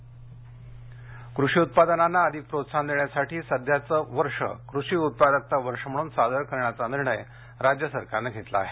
खरीप बैठक नाशिक कृषी उत्पादनांना अधिक प्रोत्साहन देण्यासाठी सध्याचे वर्ष कृषी उत्पादकता वर्ष म्हणून साजरे करण्याचा निर्णय राज्य शासनाने घेतला आहे